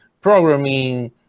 programming